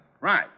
Right